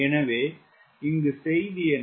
எனவே செய்தி என்ன